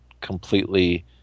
completely